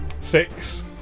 Six